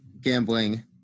gambling